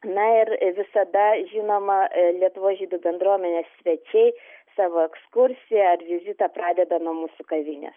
na ir visada žinoma lietuvos žydų bendruomenės svečiai savo ekskursiją ar vizitą pradeda nuo mūsų kavinės